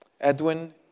Edwin